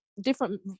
different